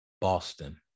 Boston